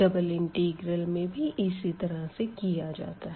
double integral में भी इसी तरह से किया जाता है